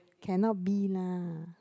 cannot be lah